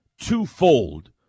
twofold